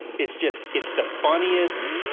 it's just, it's the funniest.